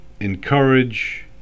encourage